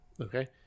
Okay